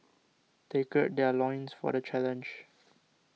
they gird their loins for the challenge